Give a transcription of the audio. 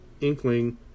inkling